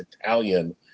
Italian